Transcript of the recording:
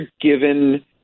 given